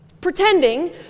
Pretending